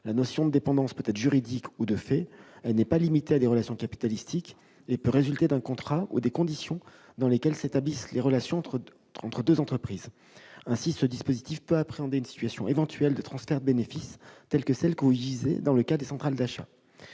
La notion de dépendance peut être juridique ou de fait ; elle n'est pas limitée à des relations capitalistiques et peut résulter d'un contrat ou des conditions dans lesquelles s'établissent les relations entre deux entreprises. Ainsi ce dispositif permet-il d'appréhender une situation éventuelle de transferts de bénéfices similaire à celles visées dans le cas des centrales d'achat.